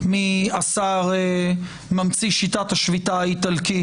מהשר ממציא שיטת השביתה האיטלקית,